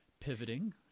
pivoting